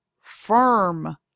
Firm